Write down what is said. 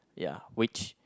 ya which